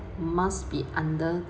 must be under